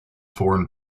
foreign